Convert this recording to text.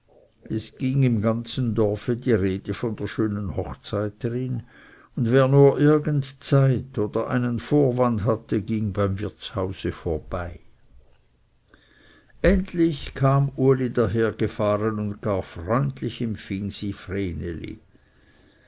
es ging im ganzen dorfe die rede von der schönen hochzeiterin und wer nur irgend zeit oder einen vorwand hatte ging beim wirtshause vorüber endlich kam uli dahergefahren und gar freundlich empfing sie